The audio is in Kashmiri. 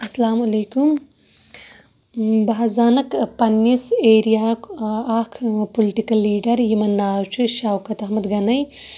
اسلام علیکُم بہٕ حظ زانَکھ پَننِس ایریا ہُک اکھ پُلِٹِکَل لیڈَر یِمَن ناو چھُ شوکَت احمَد گَنَے